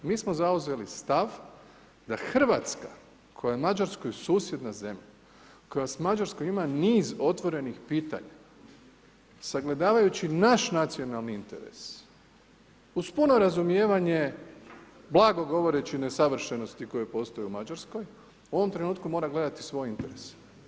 Mi smo zauzeli stav da Hrvatska koja je Mađarskoj susjedna zemlja, koja s Mađarskom ima niz otvorenih pitanja, sagledavajući naš nacionalni interes uz puno razumijevanje, blago govoreći nesavršenosti koje postoje u Mađarskoj, u ovom trenutku mora gledati svoj interes.